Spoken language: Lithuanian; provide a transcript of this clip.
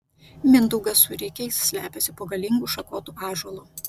mindaugas su rikiais slepiasi po galingu šakotu ąžuolu